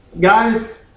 Guys